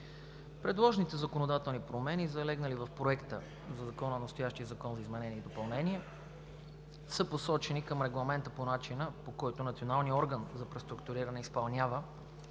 Предложените законодателни промени, залегнали в Проекта на Закона, на настоящия закон за изменение и допълнение, са посочени към Регламента по начина, по който Националният орган за преструктуриране изпълнява